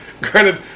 Granted